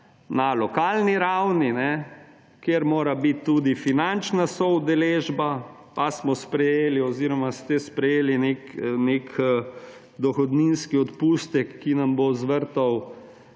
na lokalni ravni, kjer mora biti tudi finančna soudeležba, pa smo sprejeli oziroma ste sprejeli nek dohodninski odpustek, ki nam bo zvrtal